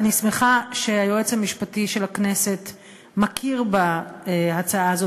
אני שמחה שהיועץ המשפטי של הכנסת מכיר בהצעה הזו